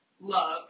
love